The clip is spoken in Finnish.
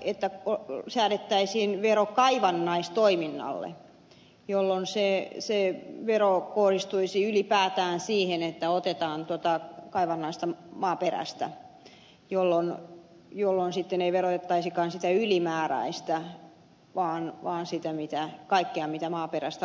että säädettäisiin vero kaivannaistoiminnalle jolloin se vero kohdistuisi ylipäätään siihen että otetaan tuota kaivannaista maaperästä jolloin sitten ei verotettaisikaan sitä ylimääräistä vaan sitä kaikkea mitä maaperästä otetaan